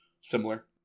similar